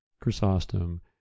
Chrysostom